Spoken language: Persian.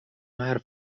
حرف